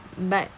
but